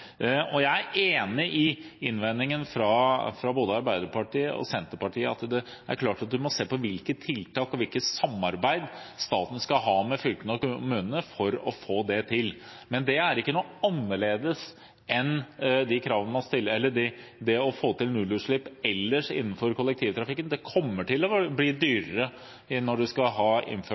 Jeg er enig i innvendingen fra både Arbeiderpartiet og Senterpartiet, det er klart at du må se på tiltak og hvilket samarbeid staten skal ha med fylkene og kommunene for å få det til. Men det er ikke noe annerledes enn de kravene man stiller om å få til nullutslipp ellers innenfor kollektivtrafikken. Det kommer til å bli dyrere når du skal ha innført